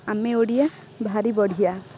ଆମେ ଓଡ଼ିଆ ଭାରି ବଢ଼ିଆ